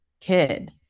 kid